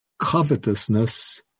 covetousness